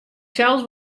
sels